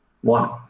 One